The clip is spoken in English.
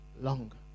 longer